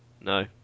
No